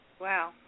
Wow